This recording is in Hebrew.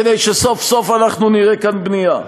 כדי שסוף-סוף אנחנו נראה כאן בנייה.